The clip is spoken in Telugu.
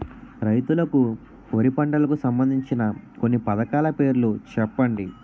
రైతులకు వారి పంటలకు సంబందించిన కొన్ని పథకాల పేర్లు చెప్పండి?